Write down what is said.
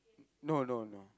no no no